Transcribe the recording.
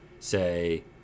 say